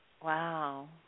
Wow